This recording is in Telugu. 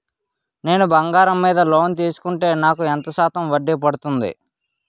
నేను బంగారం మీద లోన్ తీసుకుంటే నాకు ఎంత శాతం వడ్డీ పడుతుంది?